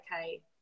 okay